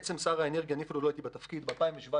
שר האנרגיה ביקש ב-2017,